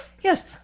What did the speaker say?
Yes